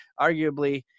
arguably